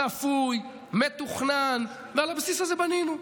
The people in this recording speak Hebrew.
צפוי, מתוכנן, ועל הבסיס הזה בנינו,